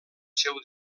seu